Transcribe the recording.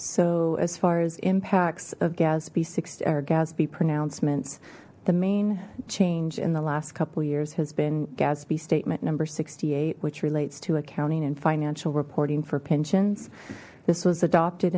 so as far as impacts of gatsby sixty hour gatsby pronouncements the main change in the last couple years has been gatsby statement number sixty eight which relates to accounting and financial reporting for pensions this was adopted